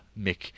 Mick